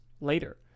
later